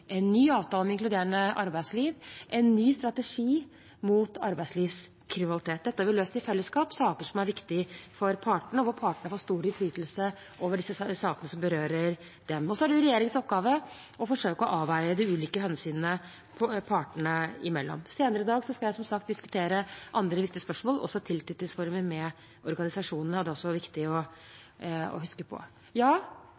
en ny avtale om inkluderende arbeidsliv og en ny strategi mot arbeidslivskriminalitet. Dette har vi løst i fellesskap. Det er saker som er viktige for partene, og hvor partene får stor innflytelse over de sakene som berører dem. Så er det regjeringens oppgave å forsøke å avveie de ulike hensynene partene imellom. Senere i dag skal jeg som sagt diskutere andre viktige spørsmål, også tilknytningsformer, med organisasjonene. Det er også viktig